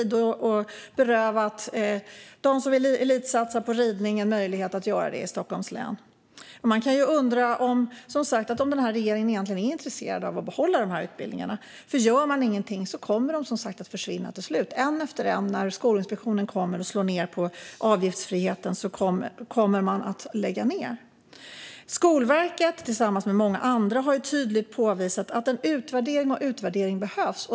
Då har man berövat dem som vill elitsatsa på ridning en möjlighet att göra det i Stockholms län. Man kan fråga sig om regeringen verkligen är intresserad av att behålla dessa utbildningar. Om man inte gör något kommer de som sagt, en efter en, att försvinna till slut när Skolinspektionen framhåller avgiftsfriheten. De kommer att lägga ned. Skolverket har tillsammans med många andra tydligt påvisat att en utvärdering och utredning behövs.